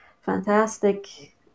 fantastic